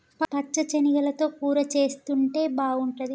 పచ్చ శనగలతో కూర చేసుంటే బాగుంటది